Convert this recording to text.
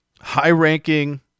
high-ranking